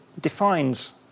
defines